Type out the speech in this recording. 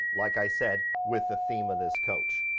like i said, with the theme of this coach.